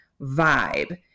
vibe